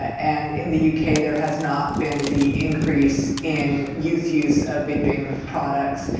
and in the u k. there has not been the increase in youth use of vaping products,